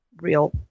real